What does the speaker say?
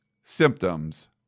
symptoms